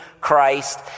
Christ